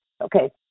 okay